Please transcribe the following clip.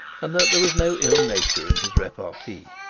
and that there was no ill-nature in his repartee.